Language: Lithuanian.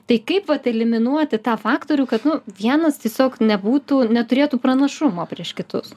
tai kaip vat eliminuoti tą faktorių kad nu vienas tiesiog nebūtų neturėtų pranašumo prieš kitus